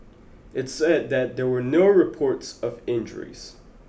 it said that there were no reports of injuries